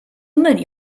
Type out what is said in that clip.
myli